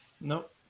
Nope